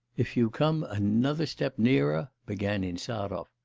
if you come another step nearer began insarov.